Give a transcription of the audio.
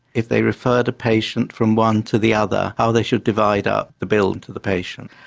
if they referred a patient from one to the other, how they should divide up the bill to the patient.